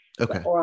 Okay